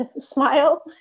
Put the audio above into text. smile